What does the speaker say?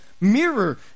mirror